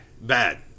Bad